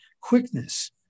quickness